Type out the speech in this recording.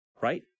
Right